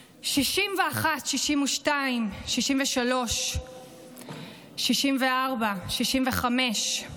61, 62, 63, 64, 65,